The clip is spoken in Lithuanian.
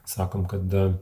sakom kad a